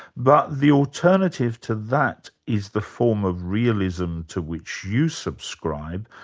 but the alternative to that is the form of realism to which you subscribe,